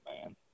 man